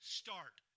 start